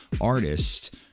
artist